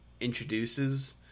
introduces